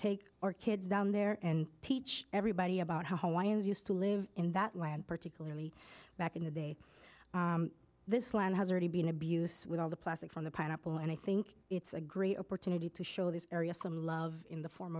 take our kids down there and teach everybody about how hawaiians used to live in that land particularly back in the day this land has already been abuse with all the plastic from the pineapple and i think it's a great opportunity to show these areas some love in the form